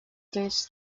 case